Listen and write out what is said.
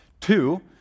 Two